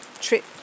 trip